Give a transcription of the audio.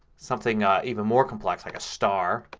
something even more complex like a star,